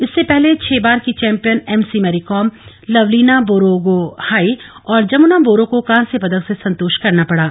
इससे पहले छह बार की champion M C Mary Kom Lovlina Borgohain और जमुना बोरो को कांस्य पदक से संतोष करना पड़ा